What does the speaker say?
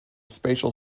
spatial